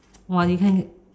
!wah! you can